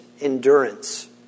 endurance